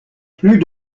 plus